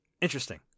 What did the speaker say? Interesting